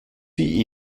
sie